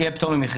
יהיה פטור ממכרז,